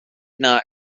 not